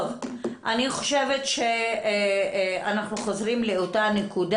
אנחנו חוזרים לאותה נקודה.